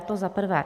To za prvé.